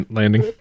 landing